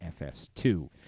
FS2